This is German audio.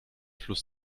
fluss